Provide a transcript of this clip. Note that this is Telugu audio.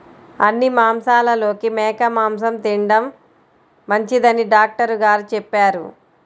అన్ని మాంసాలలోకి మేక మాసం తిండం మంచిదని డాక్టర్ గారు చెప్పారు